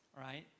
right